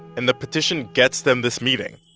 and the petition gets them this meeting.